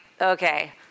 okay